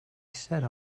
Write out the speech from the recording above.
said